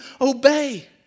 obey